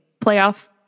Playoff